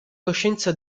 coscienza